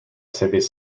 savait